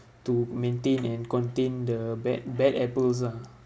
to maintain and contain the bad bad apples ah